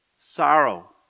sorrow